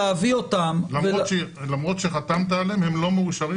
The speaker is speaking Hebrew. למרות שחתמת עליהם, הם לא מאושרים.